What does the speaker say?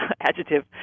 adjective